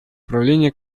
правления